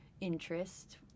interest